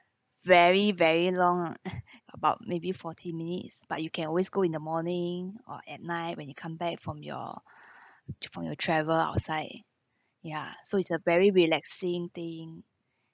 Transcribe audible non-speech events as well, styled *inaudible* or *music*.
very very long ah about maybe forty minutes but you can always go in the morning or at night when you come back from your *breath* from your travel outside ya so it's a very relaxing thing